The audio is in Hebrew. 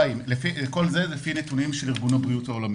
כל זה לפי נתונים של ארגון הבריאות העולמי.